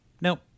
Nope